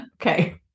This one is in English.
okay